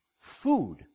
food